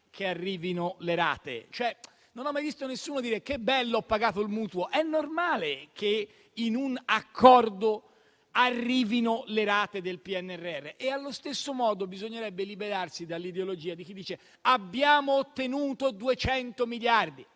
che arrivino le rate. Non ho mai sentito nessuno dire che bello, ho pagato il mutuo. È normale che in un accordo arrivino le rate del PNRR. Allo stesso modo bisognerebbe liberarsi dall'ideologia di chi dice che abbiamo ottenuto 200 miliardi.